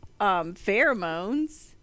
pheromones